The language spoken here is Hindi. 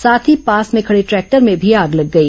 साथ ही पास में खड़े ट्रैक्टर में भी आग लग गई